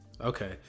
okay